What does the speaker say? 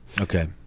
Okay